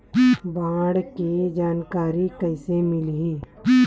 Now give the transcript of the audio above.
बाढ़ के जानकारी कइसे मिलही?